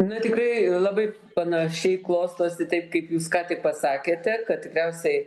na tikrai labai panašiai klostosi taip kaip jūs ką tik pasakėte kad tikriausiai